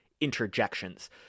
interjections